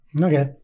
Okay